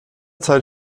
zeit